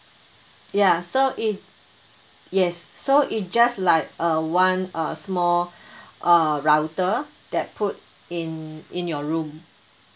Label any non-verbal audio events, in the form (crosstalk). ya so if yes so it just like a one uh small (breath) uh router that put in in your room